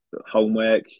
homework